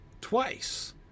twice